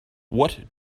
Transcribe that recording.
what